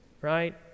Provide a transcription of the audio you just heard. right